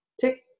tick